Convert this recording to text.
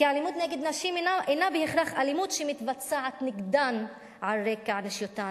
כי אלימות נגד נשים אינה בהכרח אלימות שמתבצעת נגדן על רקע נשיותן,